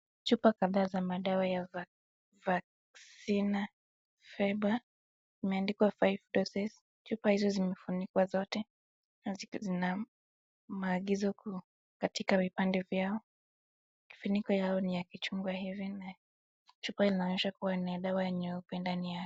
Chupa kadhaa za madawa ya 'vaccina febre' imeandikwa '5 doses' . Chupa hizo zimefunikwa zote na zikina maagizo katika vipande vyao. Kifuniko yao ni ya kichungu hivi na chupa inaonyesha kuwa ni dawa ya nyeupe ndani.